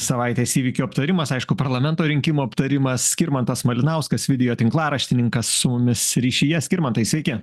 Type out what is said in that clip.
savaitės įvykių aptarimas aišku parlamento rinkimų aptarimas skirmantas malinauskas video tinklaraštininkas su mumis ryšyje skirmantai sveiki